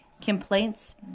complaints